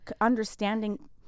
understanding